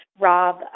Rob